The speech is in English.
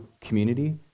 community